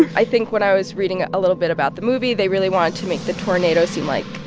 i think when i was reading a ah little bit about the movie, they really wanted to make the tornado seem like,